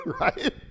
Right